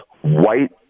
white